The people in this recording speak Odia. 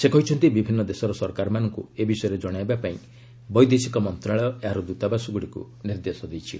ସେ କହିଛନ୍ତି ବିଭିନ୍ନ ଦେଶର ସରକାରମାନଙ୍କୁ ଏ ବିଷୟରେ ଜଣାଇବା ପାଇଁ ବୈଦେଶିକ ମନ୍ତ୍ରଣାଳୟ ଏହାର ଦୂତାବାସଗୁଡିକୁ ନିର୍ଦ୍ଦେଶ ଦେଇଛି